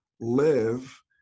live